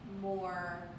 more